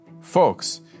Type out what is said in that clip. Folks